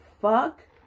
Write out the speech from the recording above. fuck